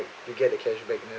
you get a cash back